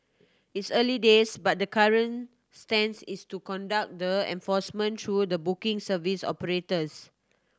it's early days but the current stance is to conduct the enforcement through the booking service operators